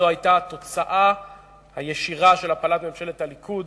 זאת היתה התוצאה הישירה של הפלת ממשלת הליכוד